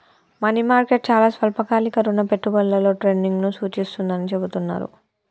money market చాలా స్వల్పకాలిక రుణ పెట్టుబడులలో ట్రేడింగ్ను సూచిస్తుందని చెబుతున్నరు